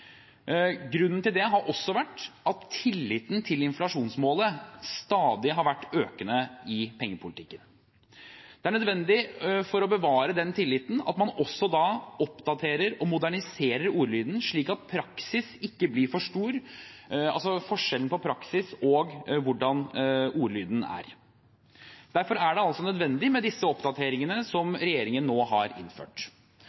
Grunnen til det har også vært at tilliten til inflasjonsmålet stadig har vært økende i pengepolitikken. Det er nødvendig for å bevare den tilliten at man da også oppdaterer og moderniserer ordlyden slik at forskjellen på praksis og hvordan ordlyden er, ikke blir for stor. Derfor er det altså nødvendig med disse oppdateringene